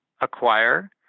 acquire